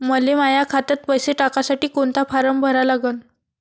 मले माह्या खात्यात पैसे टाकासाठी कोंता फारम भरा लागन?